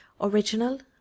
original